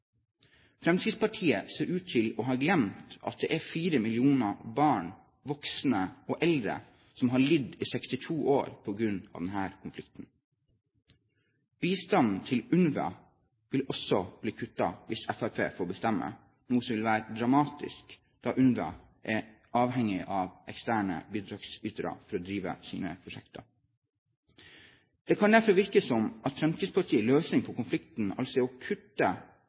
Fremskrittspartiet ser ut til å ha glemt at det er 4 millioner barn, voksne og eldre som har lidd i 62 år på grunn av denne konflikten. Bistanden til UNRWA vil også bli kuttet hvis Fremskrittspartiet får bestemme, noe som vil være dramatisk, da UNRWA er helt avhengige av eksterne bidragsytere for å drive sine prosjekter. Det kan derfor virke som at Fremskrittspartiets løsning på konflikten altså er å kutte